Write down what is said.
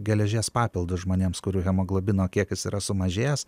geležies papildus žmonėms kurių hemoglobino kiekis yra sumažėjęs